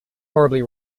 horribly